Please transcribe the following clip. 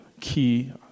key